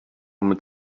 mit